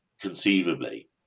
conceivably